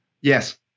Yes